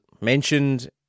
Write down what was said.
mentioned